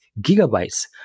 gigabytes